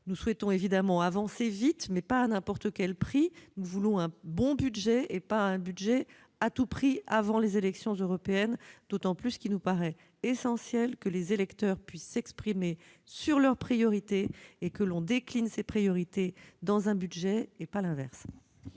Nous souhaitons évidemment avancer vite mais pas à n'importe quel prix. Nous voulons un bon budget, et pas un budget à tout prix avant les élections européennes. D'autant qu'il nous paraît essentiel que les électeurs puissent s'exprimer sur leurs priorités. Nous devons décliner ces priorités dans un budget, et non l'inverse.